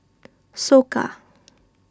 Soka